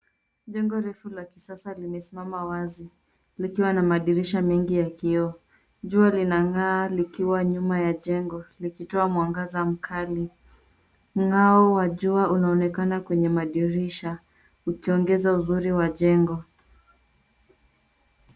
Jengo refu la kisasa limesimama wazi likiwa na madirisha mengi ya kioo. Jua linang'aa likiwa nyuma ya jengo likitoa mwangaza mkali. Mng'ao wa jua unaonekana kwenye madirisha ukiongeza uzuri wa jengo.